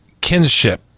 kinship